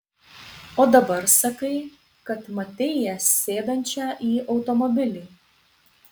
o dabar sakai kad matei ją sėdančią į automobilį